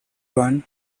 one